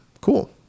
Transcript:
cool